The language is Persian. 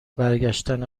برگشتن